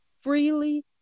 freely